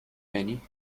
penny